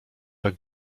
tak